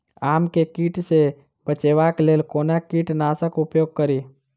आम केँ कीट सऽ बचेबाक लेल कोना कीट नाशक उपयोग करि?